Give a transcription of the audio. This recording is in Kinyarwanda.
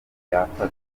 yafatwa